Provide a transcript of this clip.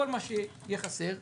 כל מה שיהיה חסר,